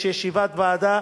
יש ישיבת ועדה